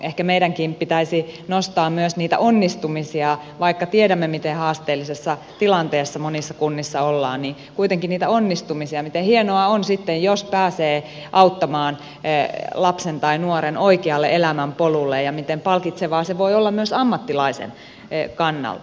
ehkä meidänkin pitäisi nostaa vaikka tiedämme miten haasteellisessa tilanteessa monissa kunnissa ollaan kuitenkin niitä onnistumisia miten hienoa on sitten jos pääsee auttamaan lapsen tai nuoren oikealle elämänpolulle ja miten palkitsevaa se voi olla myös ammattilaisen kannalta